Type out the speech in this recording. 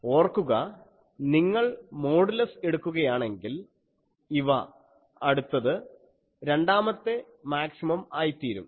ഓർക്കുക നിങ്ങൾ മോഡുലസ് എടുക്കുകയാണെങ്കിൽ ഇവ അടുത്തത് രണ്ടാമത്തെ മാക്സിമം ആയിത്തീരും